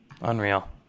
unreal